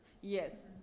Yes